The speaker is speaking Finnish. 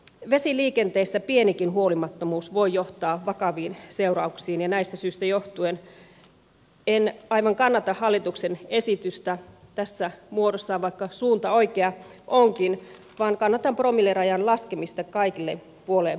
vesiliikenteessä pienikin huolimattomuus voi johtaa vakaviin seurauksiin ja tästä syystä johtuen en aivan kannata hallituksen esitystä tässä muodossaan vaikka suunta oikea onkin vaan kannatan promillerajan laskemista kaikille puoleen promilleen